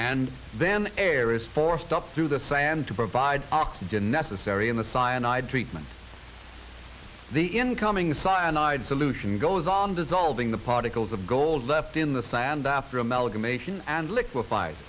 and then areas for stop through the sand to provide oxygen necessary in the cyanide treatments the incoming cyanide solution goes on dissolving the particles of gold left in the sand after amalgamation and liquef